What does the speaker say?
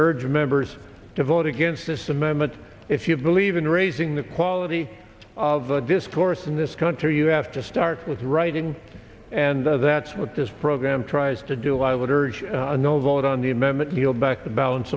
urge members to vote against this amendment if you believe in raising the quality of the discourse in this country you have to start with writing and that's what this program tries to do i would urge a no vote on the amendment yield back the balance